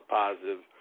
positive